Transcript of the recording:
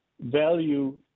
value